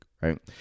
right